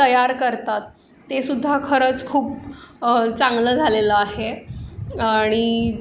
तयार करतात तेसुद्धा खरंच खूप चांगलं झालेलं आहे आणि